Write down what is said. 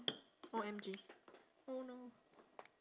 O_M_G oh no